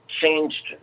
changed